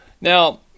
Now